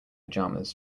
pajamas